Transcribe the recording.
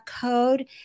code